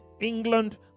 England